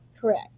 Correct